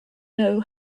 know